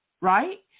right